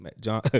John